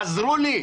תעזרו לי.